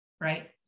right